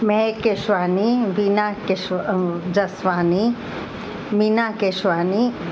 महक केसवानी बिना किस जसवानी मीना केशवानी